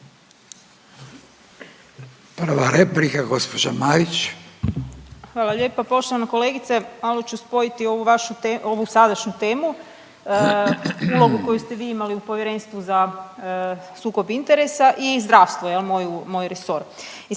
**Marić, Andreja (SDP)** Hvala lijepa. Poštovana kolegica malo ću spojiti ovu vašu sadašnju temu, ulogu koju ste vi imali u Povjerenstvu za sukob interesa i zdravstvo, jel' moj resor.